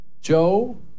Joe